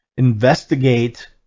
investigate